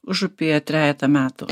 užupyje trejetą metų